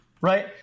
right